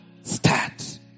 Start